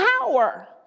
power